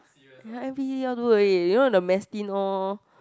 ya N_P_C_C all do already you know the mass tin all